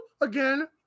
again